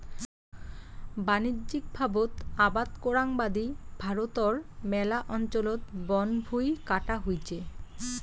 বাণিজ্যিকভাবত আবাদ করাং বাদি ভারতর ম্যালা অঞ্চলত বনভুঁই কাটা হইছে